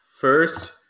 first